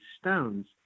stones